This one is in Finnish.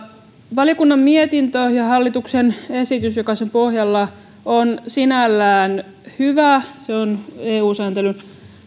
valiokunnan mietintö ja hallituksen esitys sen pohjalla on sinällään hyvä se on eu sääntelyn